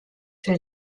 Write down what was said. für